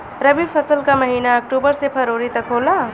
रवी फसल क महिना अक्टूबर से फरवरी तक होला